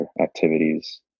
activities